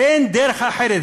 אין דרך אחרת.